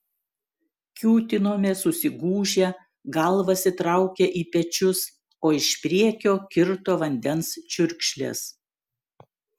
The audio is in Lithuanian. kiūtinome susigūžę galvas įtraukę į pečius o iš priekio kirto vandens čiurkšlės